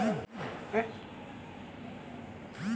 गेहूँ की खेती के लिए कितनी वार्षिक वर्षा की आवश्यकता होती है?